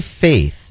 faith